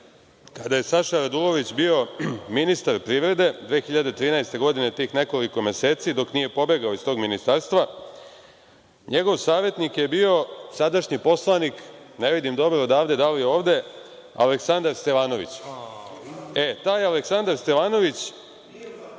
kada je Saša Radulović bio ministar privrede, 2013. godine, tih nekoliko meseci, dok nije pobegao iz tog ministarstva, njegov savetnik je bio sadašnji poslanik, ne vidim dobro odavde da li je ovde, Aleksandar Stevanović. Taj Aleksandar Stevanović